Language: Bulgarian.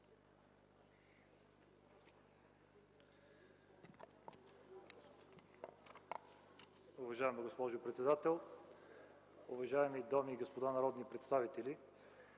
Уважаеми господин председател, дами и господа народни представители!